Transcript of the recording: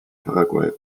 paraguay